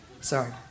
Sorry